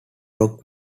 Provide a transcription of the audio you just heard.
rock